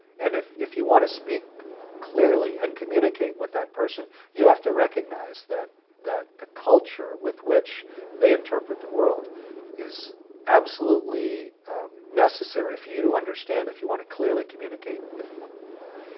and if if you want to speak clearly and communicate with that person you have to recognize that that the culture with which they interpret the world is absolutely necessary for you to understand if you want to clearly communicate with them.